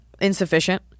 insufficient